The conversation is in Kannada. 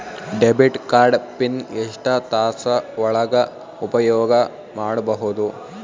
ಡೆಬಿಟ್ ಕಾರ್ಡ್ ಪಿನ್ ಎಷ್ಟ ತಾಸ ಒಳಗ ಉಪಯೋಗ ಮಾಡ್ಬಹುದು?